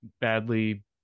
badly